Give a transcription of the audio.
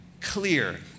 clear